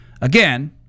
again